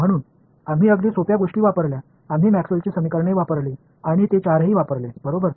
म्हणून आम्ही अगदी सोप्या गोष्टी वापरल्या आम्ही मॅक्सवेलची समीकरणे वापरली आणि ते चारही वापरले बरोबर